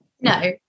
No